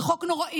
זה חוק נורא.